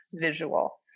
visual